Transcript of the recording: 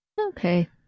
Okay